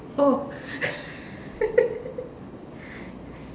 oh